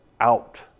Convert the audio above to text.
out